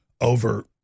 over